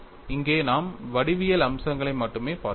இங்கே நாம் வடிவியல் அம்சங்களை மட்டுமே பார்க்கிறோம்